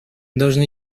должны